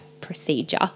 procedure